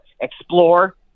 Explore